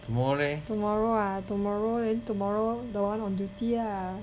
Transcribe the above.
tomorrow ah tomorrow then tomorrow then [one] on duty ah